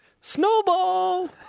Snowball